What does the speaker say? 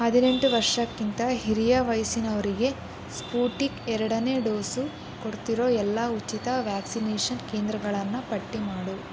ಹದಿನೆಂಟು ವರ್ಷಕ್ಕಿಂತ ಹಿರಿಯ ವಯಸ್ಸಿನವರಿಗೆ ಸ್ಪುಟಿಕ್ ಎರಡನೇ ಡೋಸು ಕೊಡ್ತಿರೋ ಎಲ್ಲ ಉಚಿತ ವ್ಯಾಕ್ಸಿನೇಷನ್ ಕೇಂದ್ರಗಳನ್ನು ಪಟ್ಟಿ ಮಾಡು